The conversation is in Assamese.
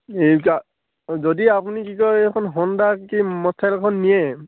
এই যদি আপুনি কি কয় এইখন হণ্ডা কি মটৰচাইকেলখন নিয়ে